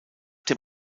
dem